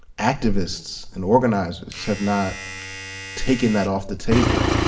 activists and organizers have not taken that off the table.